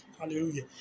Hallelujah